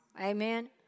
Amen